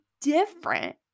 different